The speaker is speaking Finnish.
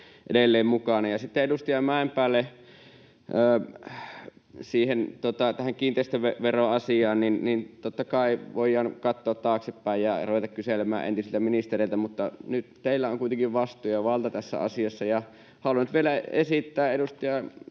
edelleen mukana. Sitten edustaja Mäenpäälle tähän kiinteistöveroasiaan: Totta kai voidaan katsoa taaksepäin ja ruveta kyselemään entisiltä ministereiltä, mutta nyt teillä on kuitenkin vastuu ja valta tässä asiassa. Haluan nyt vielä esittää edustaja